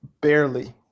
barely